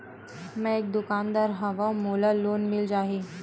मै एक दुकानदार हवय मोला लोन मिल जाही?